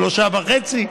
3.5%,